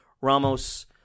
Ramos